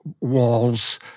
walls